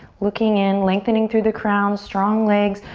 looking in, lengthening through the crown, strong legs,